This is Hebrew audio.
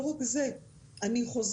אנחנו,